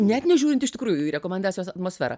net nežiūrint iš tikrųjų į rekomendacijos atmosferą